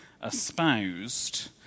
espoused